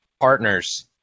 partners